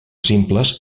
simples